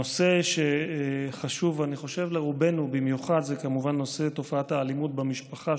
נושא שאני חושב שהוא חשוב לרובנו במיוחד זה נושא תופעת האלימות במשפחה,